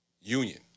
union